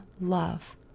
love